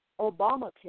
Obamacare